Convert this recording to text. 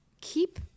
keep